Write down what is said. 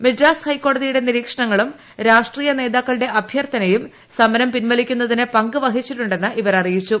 മദ്രാസ് ഹൈക്കോടതിയുടെ നിരീക്ഷണങ്ങളും രാഷ്ട്രീയ നേതാക്കളുടെ അഭ്യർത്ഥനയും സമരം പിൻവലിക്കുന്നതിന് പങ്ക് വഹിച്ചിട്ടുണ്ടെന്ന് അവർ അറിയിച്ചു